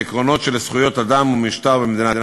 ביהודה ושומרון והקשר להפרת החוק ולפעולות "תג מחיר" המחנה